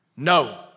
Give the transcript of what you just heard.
No